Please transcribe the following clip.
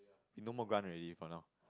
we no more grant already for now